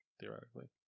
theoretically